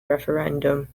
referendum